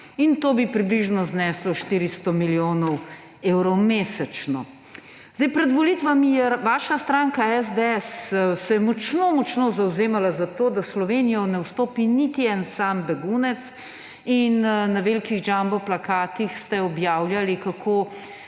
in to bi približno zneslo 400 milijonov evrov mesečno. Pred volitvami se je vaša stranka SDS močno močno zavzemala za to, da v Slovenijo ne vstopi niti en sam begunec. Na velikih jumbo plakatih ste objavljali, kako